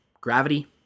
gravity